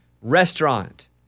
Restaurant